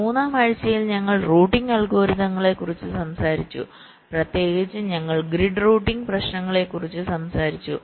മൂന്നാം ആഴ്ചയിൽ ഞങ്ങൾ റൂട്ടിംഗ് അൽഗോരിതങ്ങളെക്കുറിച്ച് സംസാരിച്ചു പ്രത്യേകിച്ചും ഞങ്ങൾ ഗ്രിഡ് റൂട്ടിംഗ് പ്രശ്നങ്ങളെക്കുറിച്ച് സംസാരിച്ചു